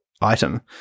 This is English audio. item